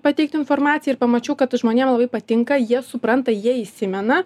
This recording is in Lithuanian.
pateikt informaciją ir pamačiau kad žmonėm labai patinka jie supranta jie įsimena